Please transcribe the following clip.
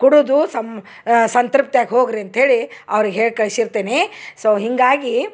ಕುಡುದು ಸಮ್ ಸಂತೃಪ್ತಿಯಾಗಿ ಹೋಗ್ರಿ ಅಂತ್ಹೇಳಿ ಅವ್ರಿಗೆ ಹೇಳಿ ಕಳ್ಸಿರ್ತೇನಿ ಸೊ ಹೀಗಾಗಿ